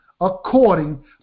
according